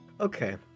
Okay